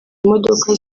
imodoka